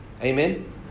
amen